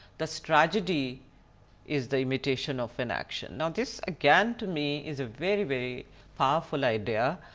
thus tragedy is the imitation of an action. now this again to me is very very powerful idea,